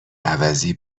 عوضی